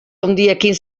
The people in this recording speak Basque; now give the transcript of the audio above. handiekin